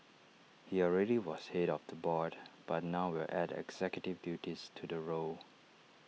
he already was Head of the board but now will add executive duties to the role